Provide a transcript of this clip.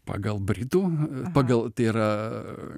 pagal britų pagal tai yra